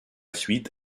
suite